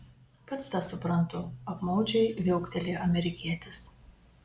pats tą suprantu apmaudžiai viauktelėjo amerikietis